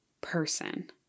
person